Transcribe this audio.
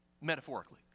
metaphorically